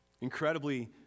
Incredibly